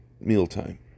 mealtime